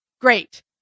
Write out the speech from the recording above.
Great